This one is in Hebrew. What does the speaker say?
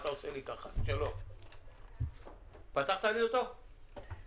זה אומר שאתה יכול להזמין באפליקציה נסיעה,